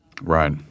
Right